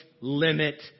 limit